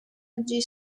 oggi